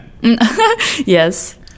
Yes